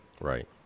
Right